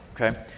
okay